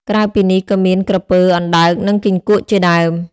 ក្រៅពីនេះក៏មាន ក្រពើ អណ្ដើក និង គីង្គក់ ជាដើម។